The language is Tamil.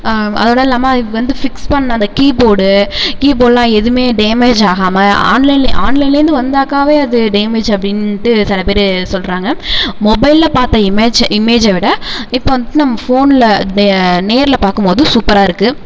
அதோட இல்லாமல் இது வந்து ஃபிக்ஸ் பண்ண அந்த கீபோர்டு கீபோர்ட்லாம் எதுவுமே டேமேஜ் ஆகாமல் ஆன்லைன்லே ஆன்லைன்லேருந்து வந்தாக்காவே அது டேமேஜ் அப்படின்ட்டு சில பேர் சொல்கிறாங்க மொபைல்ல பார்த்தா இமேஜ் இமேஜை விட இப்போ வந்துட்டு நம்ம ஃபோன்ல நே நேர்ல பார்க்கும்மோது சூப்பராக இருக்குது